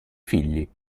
figli